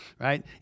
right